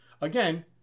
Again